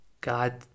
God